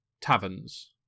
taverns